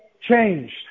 changed